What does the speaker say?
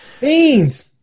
beans